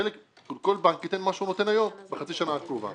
כל בנק ייתן מה שהוא נותן היום בחצי שנה הקרובה,